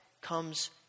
comes